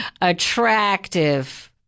attractive